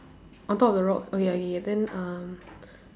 on top of the rock oh ya ya ya then uh